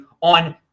on